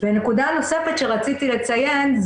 נקודה נוספת שרציתי לציין,